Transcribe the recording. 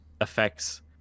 affects